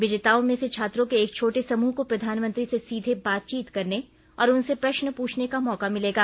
विजेताओं में से छात्रों के एक छोटे समूह को प्रधानमंत्री से सीधे बातचीत करने और उनसे प्रश्न पूछने का मौका मिलेगा